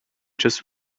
just